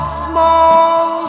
small